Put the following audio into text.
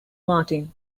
martin